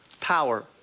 power